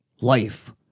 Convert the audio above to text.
life